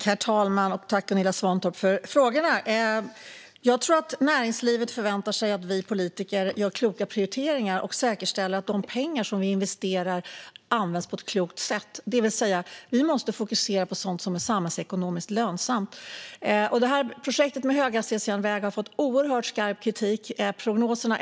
Herr talman! Tack, Gunilla Svantorp, för frågorna! Jag tror att näringslivet förväntar sig att vi politiker gör kloka prioriteringar och säkerställer att de pengar som vi investerar används på ett klokt sätt. Vi måste alltså fokusera på sådant som är samhällsekonomiskt lönsamt. Projektet med höghastighetsjärnväg har fått oerhört skarp kritik.